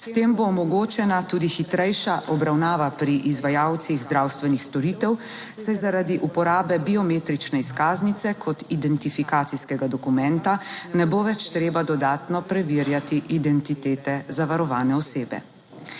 S tem bo omogočena tudi hitrejša obravnava pri izvajalcih zdravstvenih storitev, saj zaradi uporabe biometrične izkaznice kot identifikacijskega dokumenta ne bo več treba dodatno preverjati identitete za varovane osebe.